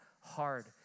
hard